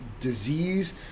disease